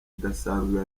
idasanzwe